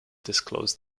disclose